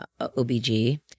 OBG